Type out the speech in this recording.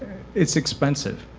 it's expensive.